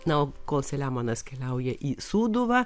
na o kol selemonas keliauja į sūduvą